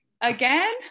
again